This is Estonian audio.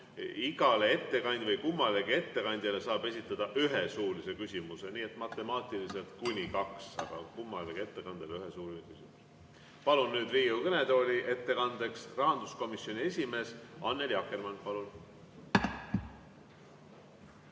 igale ettekandjale, kummalegi ettekandjale saab esitada ühe suulise küsimuse, nii et matemaatiliselt kuni kaks, aga kummalegi ettekandjale ühe suulise küsimuse. Palun nüüd Riigikogu kõnetooli ettekandeks, rahanduskomisjoni esimees Annely Akkermann!